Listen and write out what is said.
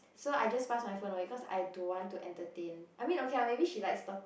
so I just pass my phone away cause I don't want to entertain I mean okay lah maybe she likes tal~